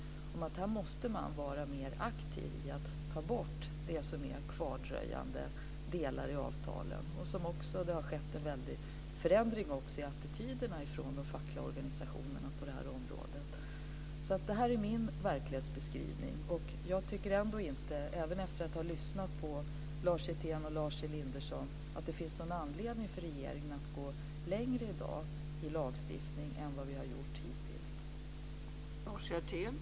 Här måste man vara mer aktiv när det gäller att ta bort kvardröjande delar i avtalen. Det har också skett en väldig förändring i de fackliga organisationernas attityder på det här området. Det här är min verklighetsbeskrivning. Jag tycker efter att ha lyssnat på Lars Hjertén och Lars Elinderson fortfarande inte att det i dag finns någon anledning för regeringen att gå längre på lagstiftningsvägen än vad vi har gjort hittills.